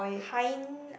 hind~